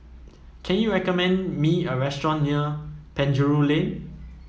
can you recommend me a restaurant near Penjuru Lane